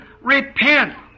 repent